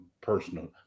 personal